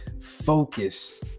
focus